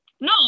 No